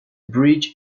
bridge